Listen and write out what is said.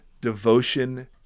devotion